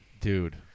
dude